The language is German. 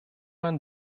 man